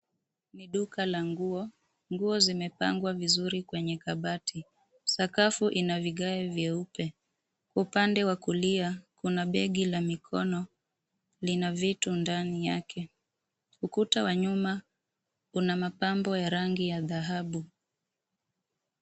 Hili ni duka la nguo, nguo zimepangwa vizuri kwenye kabati sakafu inavigao vyeupe upande wa kulia kuna begi la mikono linavitu ndani yake ukuta wa nyuma unamapambo ya rangi ya dhahabu.